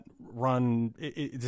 run